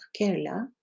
Kerala